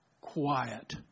quiet